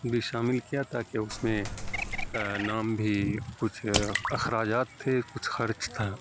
بھی شامل کیا تاکہ اس میں نام بھی کچھ اخراجات تھے کچھ خرچ تھا